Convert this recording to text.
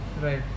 Right